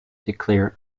declare